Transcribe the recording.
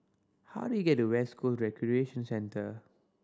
how do I get to West Coast Recreation Centre